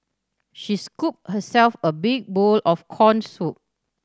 she scooped herself a big bowl of corn soup